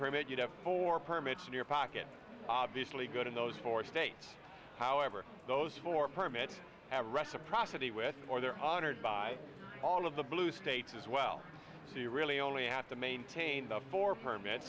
permit you'd have four permits in your pocket obviously good in those four states however those four permits have reciprocity with or they're honored by all of the blue states as well so you really only have to maintain the four permit